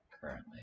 Currently